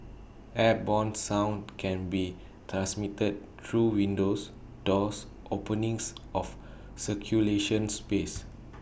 airborne sound can be transmitted through windows doors openings of circulation space